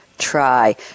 Try